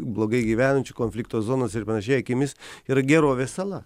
blogai gyvenančių konflikto zonose ir panašiai akimis yra gerovės sala